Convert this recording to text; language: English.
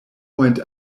went